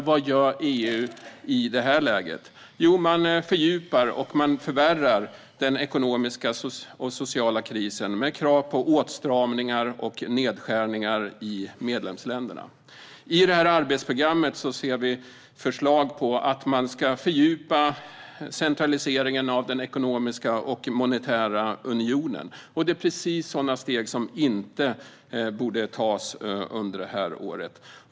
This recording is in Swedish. Vad gör EU i detta läge? Jo, man fördjupar och förvärrar den ekonomiska och sociala krisen med krav på åtstramningar och nedskärningar i medlemsländerna. I detta arbetsprogram ser vi förslag om att man ska fördjupa centraliseringen av den ekonomiska och monetära unionen. Det är precis sådana steg som inte borde tas under detta år.